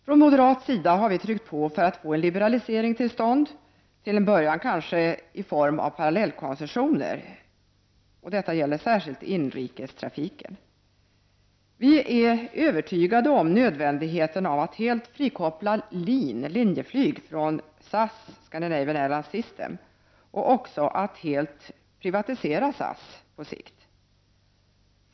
Från moderat sida har vi tryckt på för att få en liberalisering till stånd, till en början kanske i form av parallellkoncessioner. Detta gäller särskilt inrikestrafiken. Vi är emellertid övertygade om nödvändigheten av att helt frikoppla Linjeflyg från SAS och att på sikt helt privatisera SAS.